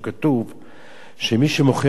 מי שמוכר אדמה לאויב.